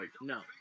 No